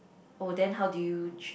oh then how do you tr~